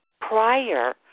prior